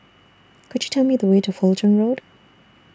Could YOU Tell Me The Way to Fulton Road